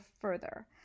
further